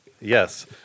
Yes